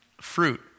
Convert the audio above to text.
fruit